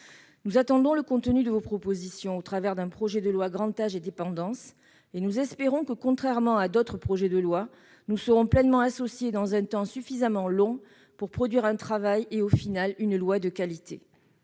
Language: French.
Nous attendons le contenu de vos propositions au travers d'un projet de loi relatif au grand âge et à la dépendance et nous espérons que, contrairement à d'autres projets de loi, nous serons pleinement associés dans un temps suffisamment long pour produire un travail et, à la fin, une loi de qualité.